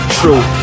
true